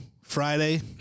Friday